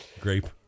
Grape